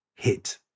hit